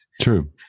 True